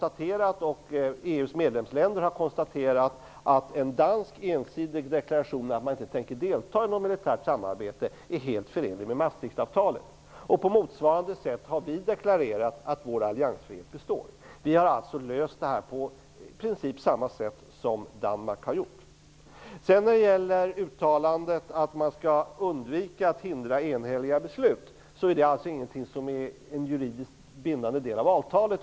Danmark och EU:s medlemsländer har konstaterat att en dansk ensidig deklaration om att man inte tänker delta i något militärt samarbete är helt förenlig med Maastrichtavtalet. På motsvarande sätt har vi deklarerat att vår alliansfrihet består. Vi har alltså löst detta på i princip samma sätt som Danmark har gjort. Detta att man skall undvika att hindra enhälliga beslut är ingen juridiskt bindande del av avtalet.